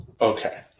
Okay